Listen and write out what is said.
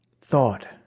Thought